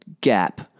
gap